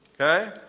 Okay